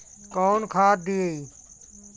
कौन खाद दियई?